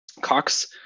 Cox